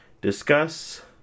discuss